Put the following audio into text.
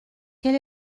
quel